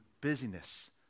busyness